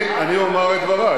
אני אומר את דברי,